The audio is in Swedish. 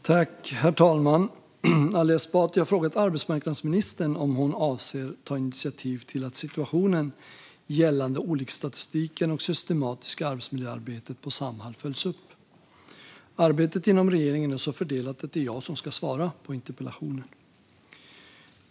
Herr talman! Ali Esbati har frågat arbetsmarknadsministern om hon avser att ta initiativ till att situationen gällande olycksstatistiken och systematiska arbetsmiljöarbetet på Samhall följs upp. Arbetet inom regeringen är så fördelat att det är jag som ska svara på interpellationen.